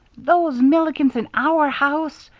those milligans in our house!